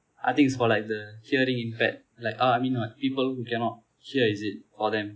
I think is for like the hearing impaired like uh I mean what people who cannot hear is it for them